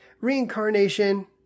Reincarnation